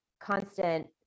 constant